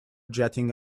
jetting